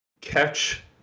catch